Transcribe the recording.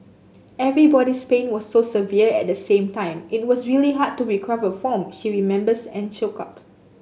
everybody's pain was so severe at the same time it was really hard to recover from she remembers choked up